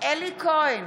אלי כהן,